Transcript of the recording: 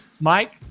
Mike